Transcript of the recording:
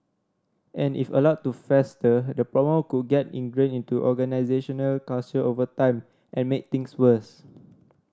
and if allowed to fester the problem could get ingrained to organisational culture over time and make things worse